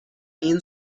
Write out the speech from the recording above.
این